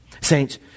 Saints